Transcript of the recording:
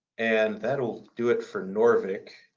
and that'll do it for noorvik.